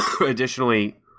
Additionally